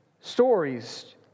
stories